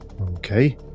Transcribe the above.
Okay